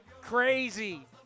Crazy